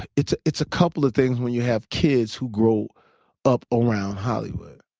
it's it's a couple of things when you have kids who grow up around hollywood.